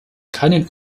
keinen